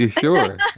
Sure